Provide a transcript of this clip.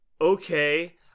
okay